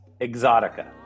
exotica